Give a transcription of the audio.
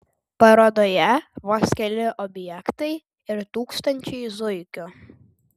parodoje vos keli objektai ir tūkstančiai zuikių